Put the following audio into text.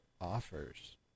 offers